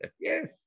Yes